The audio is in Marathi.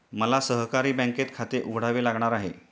मला सहकारी बँकेत खाते उघडावे लागणार आहे